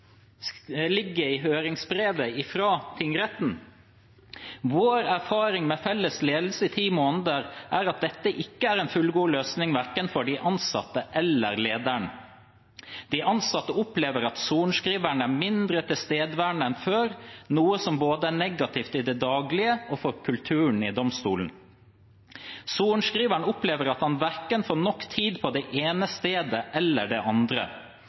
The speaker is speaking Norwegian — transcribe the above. i høringsbrevet fra tingretten: «Vår erfaring med felles ledelse i ti måneder er at dette ikke er en fullgod løsning verken for de ansatte eller lederen. De ansatte opplever at sorenskriveren er mindre tilstedeværende enn før, noe som både er negativt i det daglige og for kulturen i domstolen. Sorenskriveren opplever at han verken får nok tid på det ene stedet eller det andre.